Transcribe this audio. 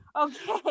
Okay